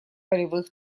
полевых